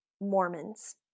Mormons